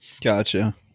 gotcha